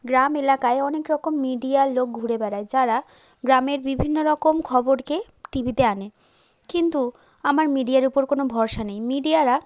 গ্রাম এলাকায় অনেক রকম মিডিয়ার লোক ঘুরে বেড়ায় যারা গ্রামের বিভিন্ন রকম খবরকে টিভিতে আনে কিন্তু আমার মিডিয়ার উপর কোনো ভরসা নেই মিডিয়ারা